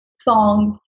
songs